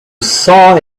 saw